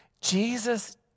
Jesus